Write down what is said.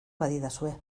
badidazue